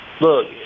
look